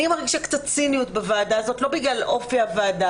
אני מרגישה קצת ציניות בוועדה הזאת לא בגלל אופי הוועדה,